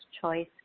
choice